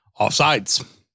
offsides